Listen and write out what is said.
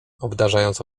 obdarzając